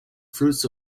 fruits